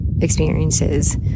experiences